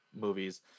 movies